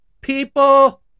People